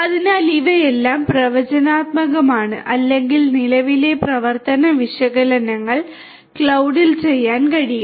അതിനാൽ ഇവയെല്ലാം പ്രവചനാത്മകമാണ് അല്ലെങ്കിൽ നിലവിലെ പ്രവർത്തന വിശകലനങ്ങൾ ക്ലൌഡിൽ ചെയ്യാൻ കഴിയും